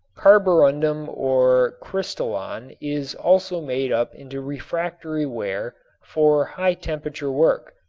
carborundum or crystolon is also made up into refractory ware for high temperature work.